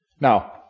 Now